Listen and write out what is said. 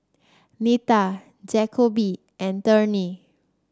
Nita Jacoby and Turner